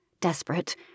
Desperate